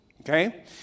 Okay